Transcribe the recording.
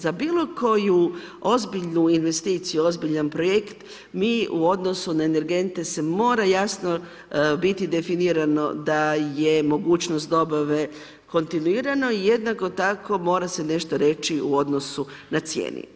Za bilokoju ozbiljnu investiciju, ozbiljan projekt, mi u odnosu na energente se mora jasno biti definirano da je mogućnost dobave kontinuirano i jednako tako mora se nešto reći u odnosu na cijeni.